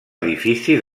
edifici